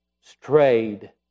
strayed